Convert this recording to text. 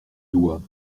doigts